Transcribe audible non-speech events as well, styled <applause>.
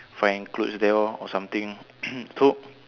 find clothes there lor or something <coughs> so